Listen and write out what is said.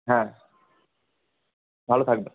হ্যাঁ ভালো থাকবেন